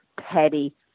petty